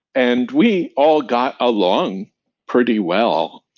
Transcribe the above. and we all got along pretty well.